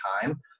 time